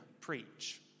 preach